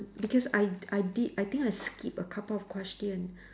because I I did I think I skip a couple of question